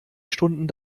stunden